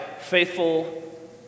faithful